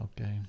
okay